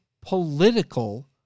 political